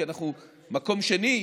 כי אנחנו מקום שני,